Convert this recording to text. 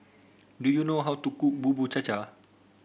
do you know how to cook Bubur Cha Cha